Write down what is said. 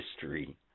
history